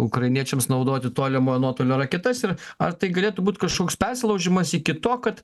ukrainiečiams naudoti tolimojo nuotolio raketas ir ar tai galėtų būt kažkoks persilaužimas iki to kad